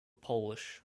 polish